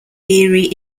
erie